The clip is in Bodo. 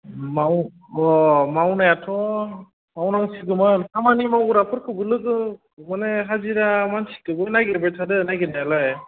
माव मावनायाथ' मावनांसिगोमोन खामानि मावग्राफोरखोबो लोगो माने हाजिरा मानसिखोबो नागिरबाय थादो नागिरनायालाय